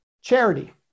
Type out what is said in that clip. charity